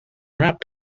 wrapped